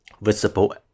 Visible